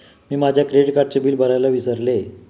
मी माझ्या क्रेडिट कार्डचे बिल भरायला विसरले